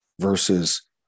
versus